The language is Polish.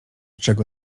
czego